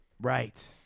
right